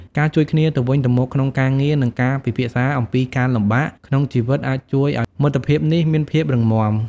ការជួយគ្នាទៅវិញទៅមកក្នុងការងារ និងការពិភាក្សាអំពីការលំបាកក្នុងជីវិតអាចជួយឲ្យមិត្តភាពនេះមានភាពរឹងមាំ។